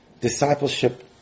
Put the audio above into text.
Discipleship